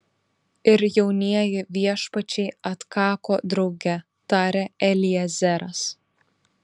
ir jaunieji viešpačiai atkako drauge tarė eliezeras